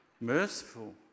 merciful